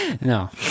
no